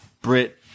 Brit